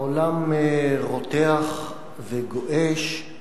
העולם רותח וגועש,